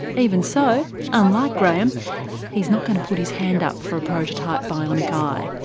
even so unlike graeme he's not going to put his hand up for a prototype bionic eye.